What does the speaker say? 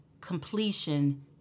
completion